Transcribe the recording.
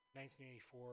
1984